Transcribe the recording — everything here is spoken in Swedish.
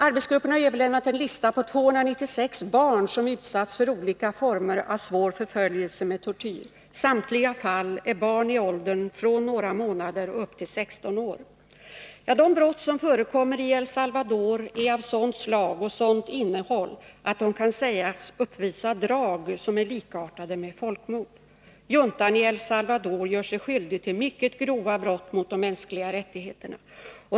Arbetsgruppen har överlämnat en lista på 296 barn som utsatts för olika former av svår förföljelse och tortyr. I samtliga fall rör det sig om barn i åldern från några månader till 16 år. Ja, de brott som förekommer i El Salvador är av sådant slag och sådant innehåll att de kan sägas uppvisa drag som är likartade med folkmord. Juntan i El Salvador gör sig skyldig till mycket grova brott mot de mänskliga rättigheterna.